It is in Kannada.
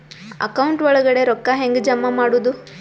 ಅಕೌಂಟ್ ಒಳಗಡೆ ರೊಕ್ಕ ಹೆಂಗ್ ಜಮಾ ಮಾಡುದು?